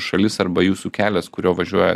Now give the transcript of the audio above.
šalis arba jūsų kelias kuriuo važiuoja